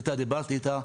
דיברתי עם הפרקליטה,